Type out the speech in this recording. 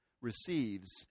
receives